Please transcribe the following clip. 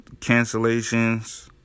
cancellations